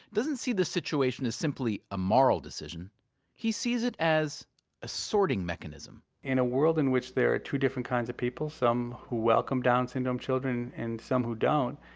doesn't see this situation as simply a moral decision he sees it as a sorting mechanism. in a world in which there are two different kinds of people, some who welcome down syndrome children and some who don't,